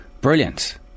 brilliant